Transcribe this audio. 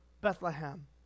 Bethlehem